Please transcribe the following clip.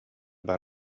бара